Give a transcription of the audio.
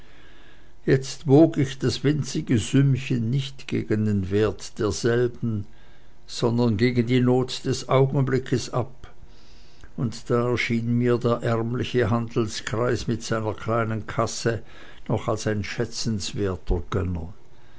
jetzt wog ich das winzige sümmchen nicht gegen den wert derselben sondern gegen die not des augenblickes ab und da erschien mir der ärmliche handelsgreis mit seiner kleinen kasse noch als ein schätzenswerter gönner